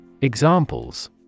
Examples